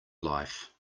life